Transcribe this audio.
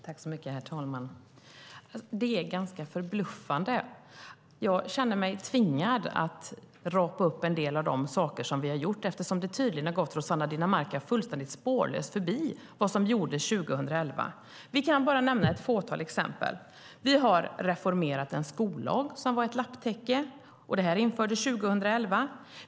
Herr talman! Det är ganska förbluffande. Jag känner mig tvingad att rapa upp en del av de saker som vi har gjort eftersom det tydligen har gått Rossana Dinamarca fullständigt spårlöst förbi vad som gjordes 2011. Jag kan bara nämna ett fåtal exempel. Vi har reformerat en skollag som var ett lapptäcke. Det infördes 2011.